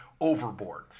overboard